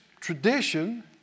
tradition